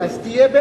אז תהיה בעד,